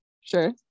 Sure